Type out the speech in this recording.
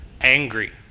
angry